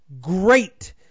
Great